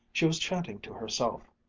she was chanting to herself,